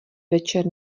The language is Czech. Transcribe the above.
večer